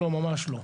ממש לא.